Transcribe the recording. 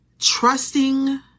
Trusting